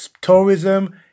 tourism